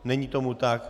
Není tomu tak.